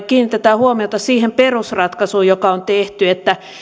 kiinnitetään huomiota siihen perusratkaisuun joka on tehty että